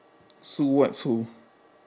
sue what sue